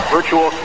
Virtual